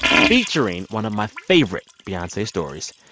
featuring one of my favorite beyonce stories.